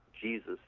Jesus